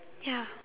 ya